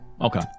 okay